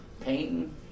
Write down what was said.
painting